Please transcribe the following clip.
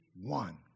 one